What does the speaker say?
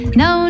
no